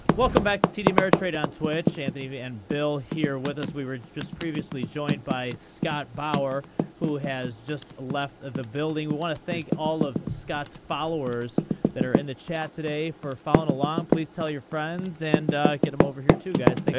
welcome back to td ameritrade on twitch. anthony and bill here with us. we were just previously joined by scott bauer who has just left the building. we want to thank all of scott's followers that are in the chat today for following along. please tell your friends, and get them over here, too, guys. thanks